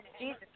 Jesus